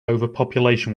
overpopulation